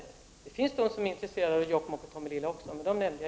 Det finns även de företag som är intresserade av Jokkmokk och Tomelilla, men jag nämnde inte dem.